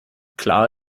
klar